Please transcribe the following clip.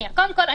קודם כול,